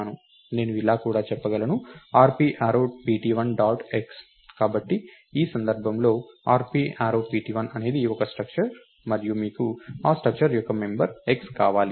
నేను ఇలా కూడా చెప్పగలను rp arrow pt1 dot x కాబట్టి ఈ సందర్భంలో rp యారో pt1 అనేది ఒక స్ట్రక్టర్ మరియు మీకు ఆ స్ట్రక్టర్ యొక్క మెంబర్ x కావాలి